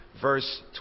verse